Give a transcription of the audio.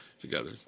together